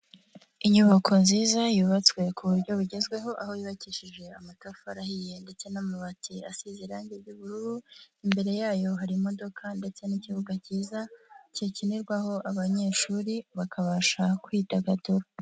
Inyubako nziza yubatswe ku buryo bugezweho, aho yubakishije amatafari ahiye ndetse n'amabati asize irangi ry'ubururu, imbere yayo harimo ndetse n'ikibuga cyiza gikinirwaho, abanyeshuri bakabasha kwidagadura.